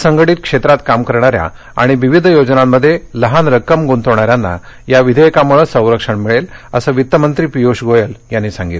असंघटीत क्षेत्रात काम करणाऱ्या आणि विविध योजनांमध्ये लहान रक्कम गुंतवणाऱ्यांना या विधेयकामुळे संरक्षण मिळेल असं वित्त मंत्री पियूष गोयल यांनी सांगितलं